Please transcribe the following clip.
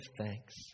thanks